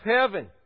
heaven